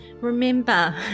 remember